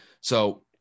So-